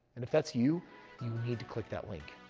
and if that's you, you need to click that link.